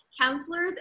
counselors